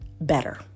better